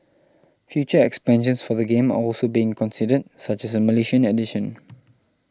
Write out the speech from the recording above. future expansions for the game are also being considered such as a Malaysian edition